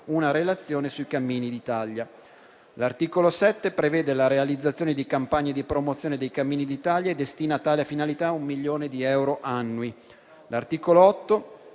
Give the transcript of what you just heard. una relazione sui cammini d'Italia. L'articolo 7 prevede la realizzazione di campagne di promozione dei cammini d'Italia e destina a tale finalità un milione di euro annui. L'articolo 8